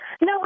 No